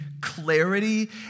clarity